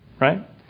Right